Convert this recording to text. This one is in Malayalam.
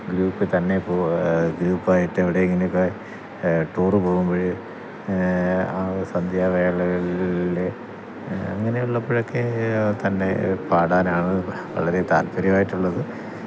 ഗ്രൂപ്പ് തന്നെ ഗ്രൂപ്പായിട്ട് എവിടെയെങ്കിലൊക്കെ ടൂറ് പോവുമ്പോൾ ആ സന്ധ്യാവേളകളിൽ അങ്ങനെയുള്ളപ്പൊഴൊക്കെ തന്നെ പാടാനാണ് വളരെ താല്പ്പര്യമായിട്ടുള്ളത്